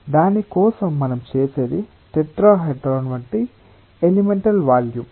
దాని కోసం మనం చేసేది టెట్రాహెడ్రాన్ వంటి ఎలిమెంటల్ వాల్యూమ్